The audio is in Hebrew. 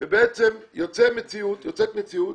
ונוצרת מציאות